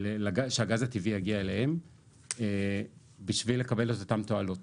שהגז הטבעי יגיע אליהם בשביל לקבל את אותן תועלות.